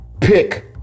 Pick